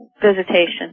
visitation